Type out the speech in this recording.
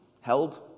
held